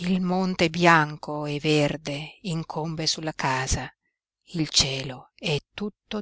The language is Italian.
il monte bianco e verde incombe sulla casa il cielo è tutto